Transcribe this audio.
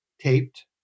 taped